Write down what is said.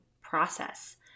process